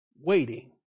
waiting